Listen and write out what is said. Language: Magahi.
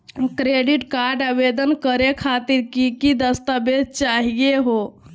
क्रेडिट कार्ड आवेदन करे खातिर की की दस्तावेज चाहीयो हो?